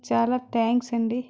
చాలా థ్యాంక్స్ అండి